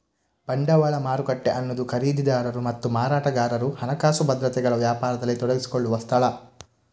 ಬಂಡವಾಳ ಮಾರುಕಟ್ಟೆ ಅನ್ನುದು ಖರೀದಿದಾರರು ಮತ್ತು ಮಾರಾಟಗಾರರು ಹಣಕಾಸು ಭದ್ರತೆಗಳ ವ್ಯಾಪಾರದಲ್ಲಿ ತೊಡಗಿಸಿಕೊಳ್ಳುವ ಸ್ಥಳ